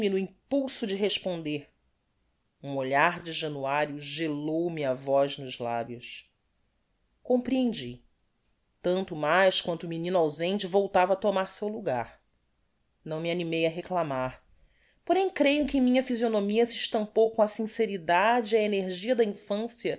no impulso de responder um olhar de januario gelou me a voz nos labios comprehendi tanto mais quanto o menino ausente voltava á tomar seu lugar não me animei á reclamar porém creio que em minha phisionomia se estampou com a sinceridade e a energia da infancia